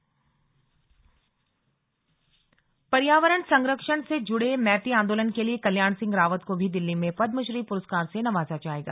कल्याण सिंह रावत पर्यावरण संरक्षण से जुड़े मैती आंदोलन के लिए कल्याण सिंह रावत को भी दिल्ली में पद्मश्री पुरस्कार से नवाजा जाएगा